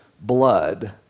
blood